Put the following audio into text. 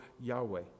Yahweh